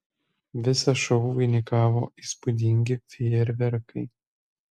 visą šou vainikavo įspūdingi fejerverkai